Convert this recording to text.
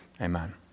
Amen